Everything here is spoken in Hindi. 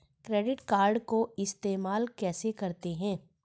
क्रेडिट कार्ड को इस्तेमाल कैसे करते हैं?